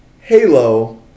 Halo